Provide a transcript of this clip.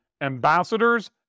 ambassadors